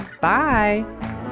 Bye